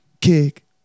Kick